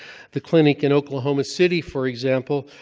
the clinic in oklahoma city, for example,